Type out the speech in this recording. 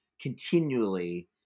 continually